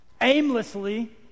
Aimlessly